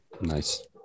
Nice